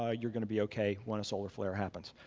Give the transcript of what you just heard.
ah you're gonna be okay when a solar flare happens.